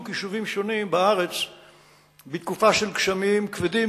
יישובים שונים בארץ בתקופה של גשמים כבדים,